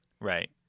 Right